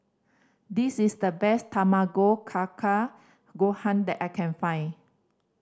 this is the best Tamago Kake Gohan that I can find